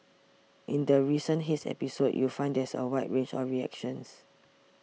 in the recent haze episode you find there's a wide range of reactions